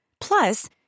Plus